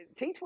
T20